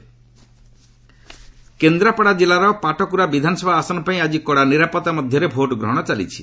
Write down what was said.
Odisha Patkura by poll Kendrapara କିଲ୍ଲାର ପାଟକୁରା ବିଧାନସଭା ଆସନ ପାଇଁ ଆଜି କଡ଼ା ନିରାପତ୍ତା ମଧ୍ୟରେ ଭୋଟ୍ଗ୍ରହଣ ଚାଲିଛି